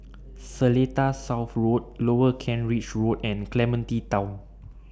Seletar South Road Lower Kent Ridge Road and Clementi Town